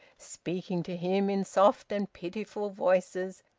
speaking to him in soft and pitiful voices,